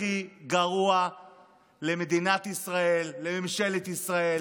הכי גרוע למדינת ישראל, לממשלת ישראל.